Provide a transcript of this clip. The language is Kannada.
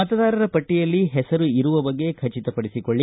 ಮತದಾರರ ಪಟ್ಟಿಯಲ್ಲಿ ಹೆಸರು ಇರುವ ಬಗ್ಗೆ ಖಚಿತಪಡಿಸಿಕೊಳ್ಳ